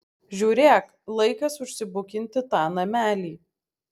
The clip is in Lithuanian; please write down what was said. žiūrėk laikas užsibukinti tą namelį